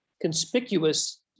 Conspicuous